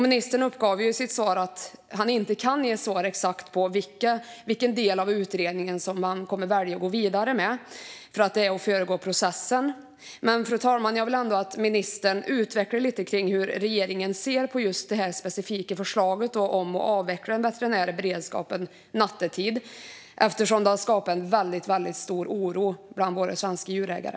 Ministern uppgav i sitt svar att han inte kan ge svar på exakt vilken del av utredningen man kommer att välja att gå vidare med, för det vore att föregå processen. Men, fru talman, jag vill ändå att ministern utvecklar lite hur regeringen ser på det specifika förslaget om att avveckla den veterinära beredskapen nattetid eftersom detta har skapat väldigt stor oro bland våra svenska djurägare.